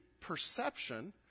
perception